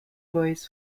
boys